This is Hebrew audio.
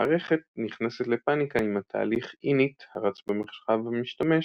המערכת נכנסת ל"פאניקה" אם התהליך init הרץ במרחב המשתמש,